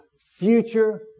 future